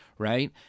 Right